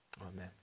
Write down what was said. Amen